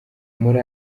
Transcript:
muri